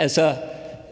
Jeg